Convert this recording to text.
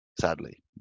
sadly